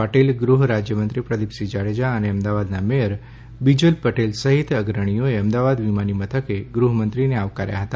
પાટીલ ગૃહ રાજયમંત્રી પ્રદીપસિંહ જાડેજા અને અમદાવાદના મેયર બીજલ પટેલ સહિત અગ્રણીઓએ અમદાવાદ વિમાની મથકે ગૃહમંત્રીને આવકાર્યા હતા